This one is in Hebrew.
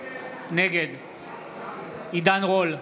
נגד עידן רול,